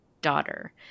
daughter